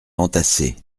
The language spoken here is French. entassées